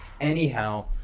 Anyhow